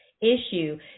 issue